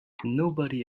nobody